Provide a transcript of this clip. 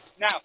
Now